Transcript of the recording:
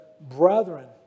brethren